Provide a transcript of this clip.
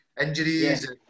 Injuries